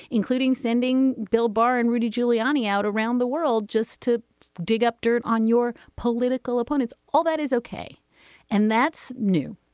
including sending sending bill barr and rudy giuliani out around the world just to dig up dirt on your political opponents. all that is ok and that's new.